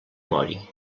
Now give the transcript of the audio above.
mori